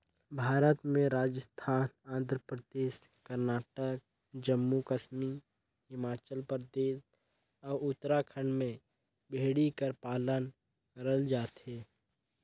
भारत में राजिस्थान, आंध्र परदेस, करनाटक, जम्मू कस्मी हिमाचल परदेस, अउ उत्तराखंड में भेड़ी कर पालन करल जाथे